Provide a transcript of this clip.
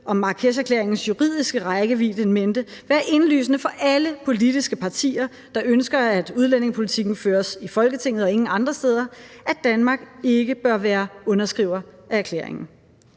om Marrakesherklæringens juridiske rækkevidde in mente være indlysende for alle politiske partier, der ønsker, at udlændingepolitikken føres i Folketinget og ingen andre steder, at Danmark ikke bør være underskriver af erklæringen.